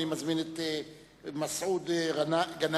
אני מזמין את מסעוד גנאים.